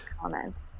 comment